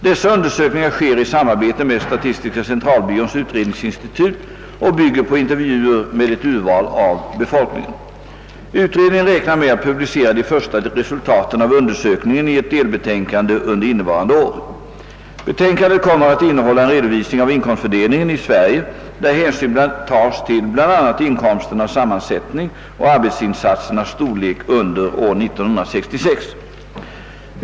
Dessa undersökningar sker i samarbete med statistiska centralbyråns utredningsinstitut och bygger på intervjuer med ett urval av befolkningen. Utredningen räknar med att publicera de första resultaten av undersökningen i 'ett delbetänkande under innevarande år. Betänkandet kommer att innehålla en redovisning av inkomstfördelningen i Sverige, där hänsyn tas till bl.a. inkomsternas sammansättning och arbetsinsatsernas storlek under år 1966.